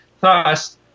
Thus